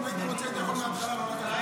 אם הייתי רוצה הייתי יכול להיות מהתחלה --- לא,